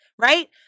right